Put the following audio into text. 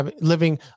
living